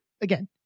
again